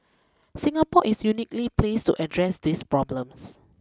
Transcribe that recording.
Singapore is uniquely placed to address these problems